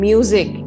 Music